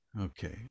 Okay